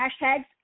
hashtags